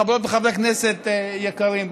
חברות וחברי כנסת יקרים,